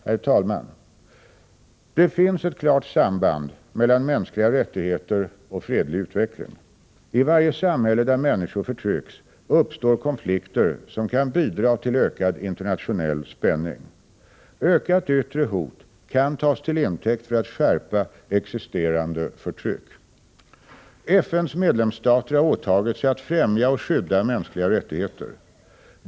Herr talman! Det finns ett klart samband mellan mänskliga rättigheter och fredlig utveckling. I varje samhälle där människor förtrycks uppstår konflikter som kan bidra till ökad internationell spänning. Ökat yttre hot tas till intäkt för att skärpa existerande förtryck. FN:s medlemsstater har åtagit sig att främja och skydda mänskliga rättigheter.